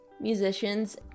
musicians